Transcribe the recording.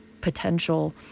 potential